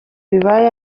bibaye